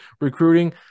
recruiting